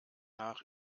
nach